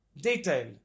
detail